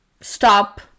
stop